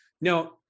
Now